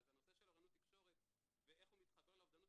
אז הנושא של אוריינות תקשורת ואיך הוא מתחבר לאובדנות,